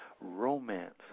Romance